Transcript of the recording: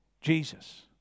Jesus